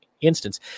instance